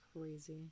crazy